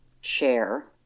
share